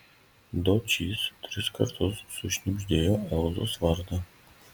dočys tris kartus sušnibždėjo elzos vardą